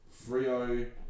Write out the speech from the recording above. Frio